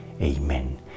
Amen